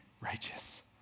righteous